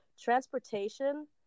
Transportation